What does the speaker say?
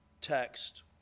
text